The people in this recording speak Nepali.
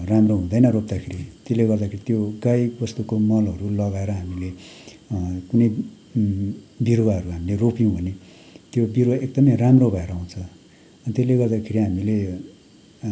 राम्रो हुँदैन रोप्दाखेरि त्यसले गर्दाखेरि त्यो गाई बस्तुको मलहरू लगाएर हामीले कुनै बिरुवाहरू हामीले रोप्यौँ भने त्यो बिरुवा एकदमै राम्रो भएर आउँछ त्यसले गर्दाखेरि हामीले